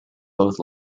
both